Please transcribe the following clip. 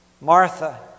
Martha